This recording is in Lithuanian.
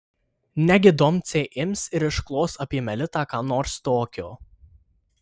negi doncė ims ir išklos apie melitą ką nors tokio